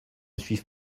suive